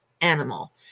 animal